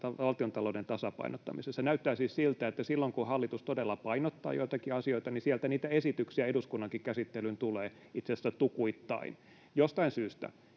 valtiontalouden tasapainottamisessa. Näyttää siis siltä, että silloin kun hallitus todella painottaa joitakin asioita, niin sieltä niitä esityksiä eduskunnankin käsittelyyn tulee, itse asiassa tukuittain. Jostain syystä